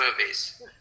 movies